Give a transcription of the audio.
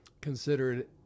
considered